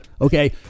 Okay